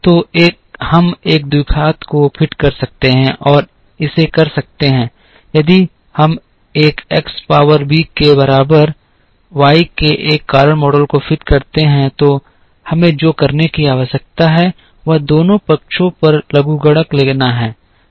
तो हम एक द्विघात को फिट कर सकते हैं और इसे कर सकते हैं यदि हम एक एक्स पावर बी के बराबर वाई के एक कारण मॉडल को फिट करते हैं तो हमें जो करने की आवश्यकता है वह दोनों पक्षों पर लघुगणक लेना है